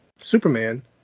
Superman